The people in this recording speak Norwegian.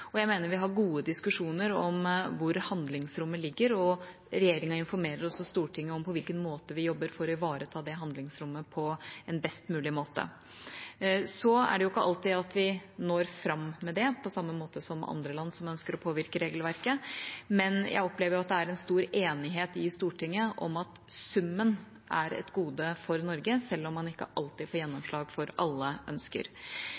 Jeg mener vi har gode diskusjoner om hvor handlingsrommet ligger, og regjeringa informerer også Stortinget om på hvilken måte vi jobber for å ivareta det handlingsrommet på en best mulig måte. Så er det ikke alltid at vi når fram med det, på samme måte som andre land som ønsker å påvirke regelverket, men jeg opplever at det er en stor enighet i Stortinget om at summen er et gode for Norge, selv om man ikke alltid får gjennomslag for alle ønsker.